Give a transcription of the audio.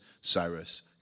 Cyrus